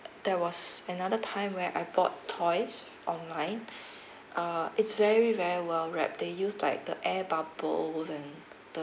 there was another time where I bought toys online uh it's very very well wrapped they use like the air bubbles and the